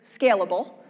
scalable